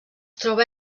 troba